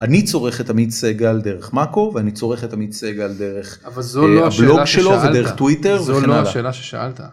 אני צורך את עמית סגל דרך מאקו ואני צורך את עמית סגל דרך, אבל זה לא השאלה, דרך הבלוג שלו, ודרך טוויטר. זו לא השאלה ששאלת